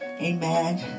amen